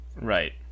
Right